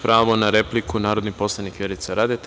Pravo na repliku narodni poslanik Vjerica Radeta.